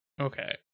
Okay